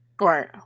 Right